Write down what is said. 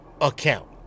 account